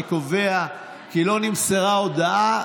אני קובע כי לא נמסרה הודעה,